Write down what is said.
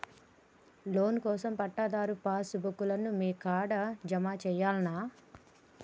Loan కోసం పట్టాదారు passbook లు మీ కాడా జమ చేయల్నా?